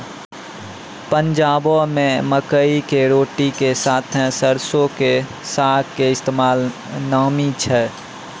पंजाबो मे मकई के रोटी के साथे सरसो के साग के इस्तेमाल नामी छै